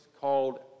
called